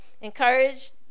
encourage